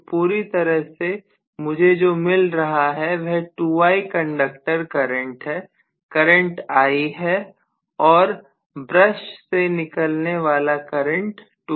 तो पूरी तरह से मुझे जो मिल रहा है वह 2I कंडक्टर करंट है करंट I है और ब्रश से निकलने वाला करंट 2I है